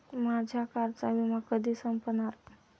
माझ्या कारचा विमा कधी संपणार